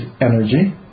energy